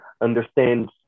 understand